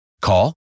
Call